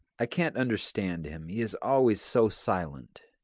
i can't understand him, he is always so silent.